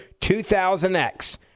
2000X